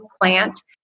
plant